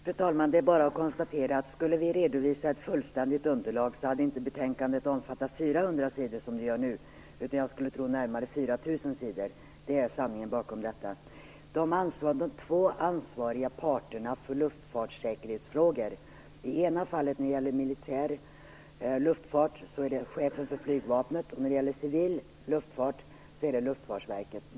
Fru talman! Det är bara att konstatera att om vi skulle ha redovisat ett fullständigt underlag hade betänkandet inte omfattat 400 sidor som det gör nu, utan då hade det blivit på närmare 4 000 sidor. Det är sanningen bakom detta. De två ansvariga parterna för luftfartssäkerhetsfrågor är för militär luftfart chefen för flygvapnet och för civil luftfart Luftfartsverket.